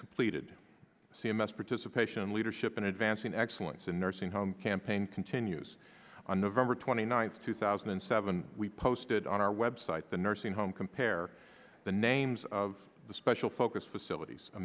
completed c m s participation leadership in advancing excellence in nursing home campaign continues on nov twenty ninth two thousand and seven we posted on our website the nursing home compare the names of the special focus facilities a